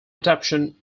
adaptation